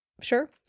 Sure